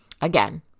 Again